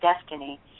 destiny